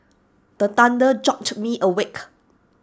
the thunder jolt me awake